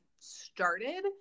started